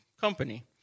company